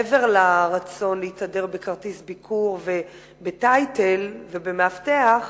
מעבר לרצון להתהדר בכרטיס ביקור ובtitle- ובמאבטח,